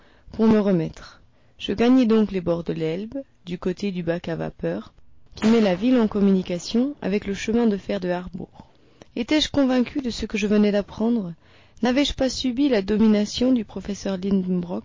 pour me remettre je gagnai donc les bords de l'elbe du côté du bac à vapeur qui met la ville en communication avec le chemin de fer de harbourg étais-je convaincu de ce que je venais d'apprendre n'avais-je pas subi la domination du professeur